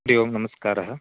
हरिः ओं नमस्कारः